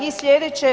I sljedeće.